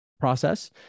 process